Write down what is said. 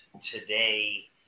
today